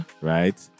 Right